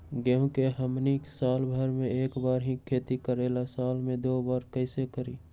गेंहू के हमनी साल भर मे एक बार ही खेती करीला साल में दो बार कैसे करी?